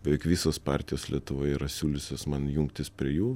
beveik visos partijos lietuvoje yra siūliusios man jungtis prie jų